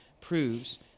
proves